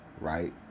right